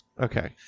Okay